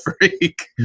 freak